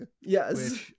yes